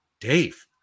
Dave